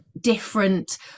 different